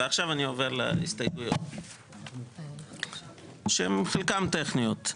ועכשיו אני עובר להסתייגויות שהן בחלקן טכניות.